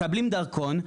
מקבלים דרכון,